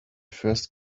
first